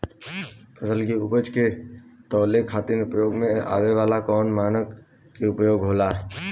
फसल के उपज के तौले खातिर उपयोग में आवे वाला कौन मानक के उपयोग होला?